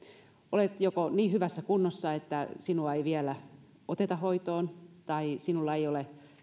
olet joko niin hyvässä kunnossa että sinua ei vielä oteta hoitoon tai sinulla ei ole